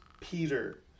Peter